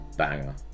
banger